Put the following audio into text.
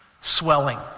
Swelling